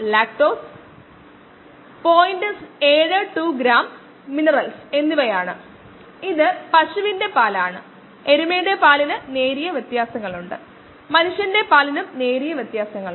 ആദ്യ കേസിൽ ഇടവേള 0 മുതൽ 10 വരെയാണ് അതിനാൽ ശരാശരി 5 ആണ് നമ്മൾ നിരക്ക് കണക്കാക്കുകയും 5 മിനിറ്റ് സമയത്തിന് നൽകുകയും ചെയ്യുന്നു